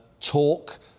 talk